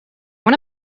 want